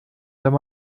wenn